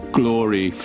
glory